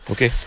Okay